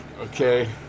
okay